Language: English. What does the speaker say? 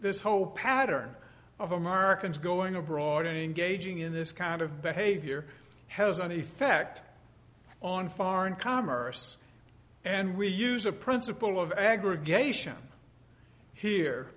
this whole pattern of americans going abroad engaging in this kind of behavior has an effect on foreign commerce and we use a principle of aggregation here